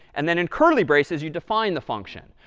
and then in curly braces, you define the function.